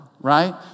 Right